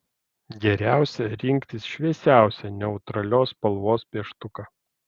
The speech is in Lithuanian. geriausia rinktis šviesiausią neutralios spalvos pieštuką